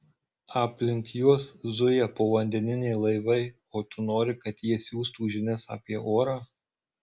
aplink juos zuja povandeniniai laivai o tu nori kad jie siųstų žinias apie orą